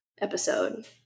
episode